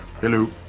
Hello